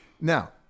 Now